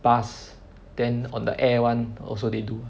bus then on the air [one] also they do